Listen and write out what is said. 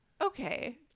Okay